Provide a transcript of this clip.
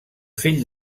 fill